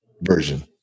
version